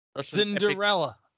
Cinderella